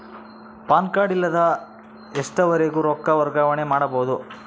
PAN card ಇಲ್ಲದ ಎಷ್ಟರವರೆಗೂ ರೊಕ್ಕ ವರ್ಗಾವಣೆ ಮಾಡಬಹುದು?